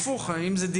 התחושה שלי